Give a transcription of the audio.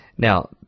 Now